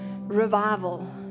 Revival